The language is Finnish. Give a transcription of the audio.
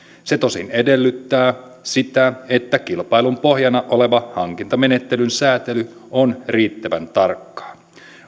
tämä tosin edellyttää sitä että kilpailun pohjana oleva hankintamenettelyn säätely on riittävän tarkkaa